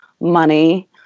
money